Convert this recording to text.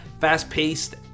fast-paced